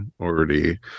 already